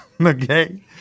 okay